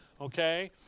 Okay